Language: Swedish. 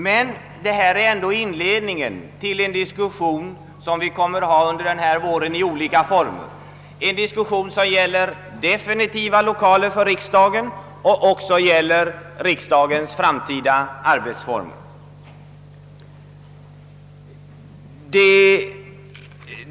Men detta är ändå inledningen till en diskussion som vi i olika former kommer att ha denna vår, en diskussion om definitiva lokaler för riksdagen liksom också om riksdagens framtida arbetsformer.